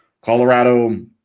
Colorado